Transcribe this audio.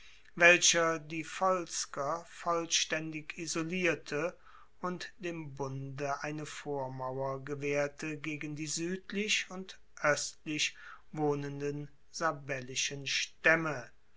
welcher die volsker vollstaendig isolierte und dem bunde eine vormauer gewaehrte gegen die suedlich und oestlich wohnenden sabellischen staemme